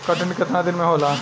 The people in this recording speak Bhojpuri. कटनी केतना दिन में होला?